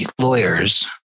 lawyers